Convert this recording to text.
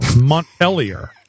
Montpelier